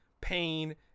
pain